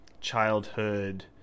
childhood